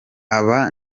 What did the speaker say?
aba